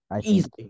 Easily